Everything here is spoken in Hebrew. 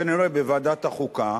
כנראה בוועדת החוקה.